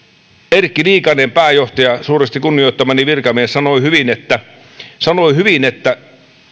erkki liikanen pääjohtaja suuresti kunnioittamani virkamies sanoi hyvin että